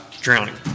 drowning